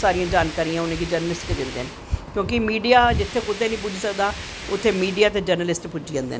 सारियां जानकारियां उनेंगी जर्नलिस्ट गै दिंदे न क्योंकि मीडिया जित्थें कुतै नी पुज्जी सकदा उत्थें मीडिया ते जर्नलिस्ट पुज्जी जंदे न